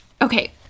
okay